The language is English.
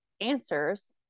answers